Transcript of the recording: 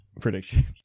prediction